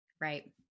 Right